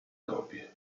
copie